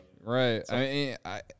Right